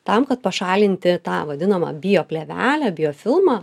tam kad pašalinti tą vadinamą bioplėvelę biofilmą